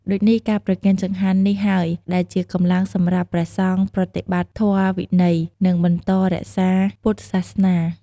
ដូចនេះ ការប្រគេនចង្ហាន់នេះហើយដែលជាកម្លាំងសម្រាប់ព្រះសង្ឃប្រតិបត្តិធម៌វិន័យ និងបន្តរក្សាពុទ្ធសាសនា។